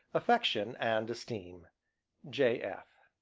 affection and esteem j. f.